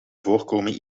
voorkomen